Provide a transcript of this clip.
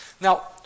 Now